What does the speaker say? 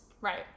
Right